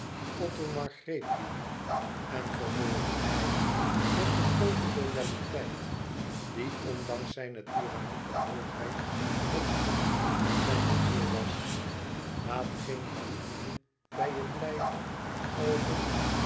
othomar greep die en vervolgde hij met de groote loyaliteit die ondanks zijne tirannieke hoogheid het fond van zijne ziel was laat geen rancune bij je blijven over